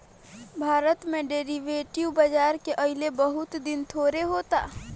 भारत में डेरीवेटिव बाजार के अइले बहुत दिन थोड़े होता